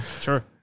Sure